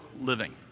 living